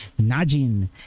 Najin